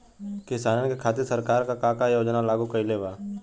किसानन के खातिर सरकार का का योजना लागू कईले बा?